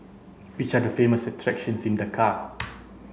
which are the famous attractions in Dakar